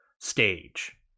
stage